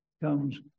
comes